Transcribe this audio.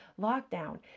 lockdown